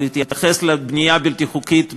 הוא התייחס לבנייה הבלתי-חוקית בכלל,